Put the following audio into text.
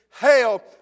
Hail